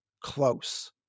close